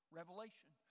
Revelation